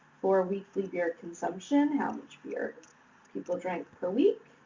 for weekly beer consumption, how much beer people drank per week,